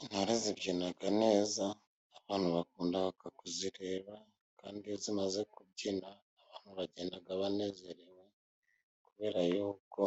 Intore zibyina neza abantu bakunda kuzireba, kandi iyo zimaze kubyina ,abantu bagendaga banezerewe kubera yuko